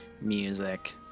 music